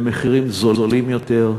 במחירים זולים יותר,